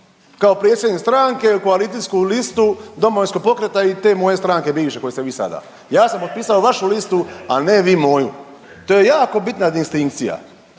kao predsjednik stranke, koalicijsku listu Domovinskog pokreta i te moje stranke bivše u kojoj ste vi sada. Ja sam potpisao vašu listu, a ne vi moju. To je jako bitna distinkcija,